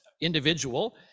individual